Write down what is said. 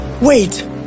Wait